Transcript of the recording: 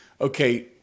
okay